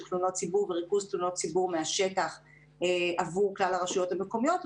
תלונות ציבור וריכוז תלונות ציבור מהשטח עבור כלל הרשויות המקומיות,